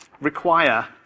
require